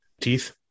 teeth